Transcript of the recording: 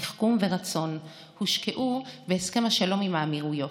תחכום ורצון הושקעו בהסכם השלום עם האמירויות.